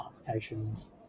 applications